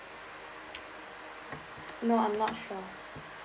no I'm not sure